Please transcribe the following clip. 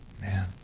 Man